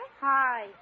Hi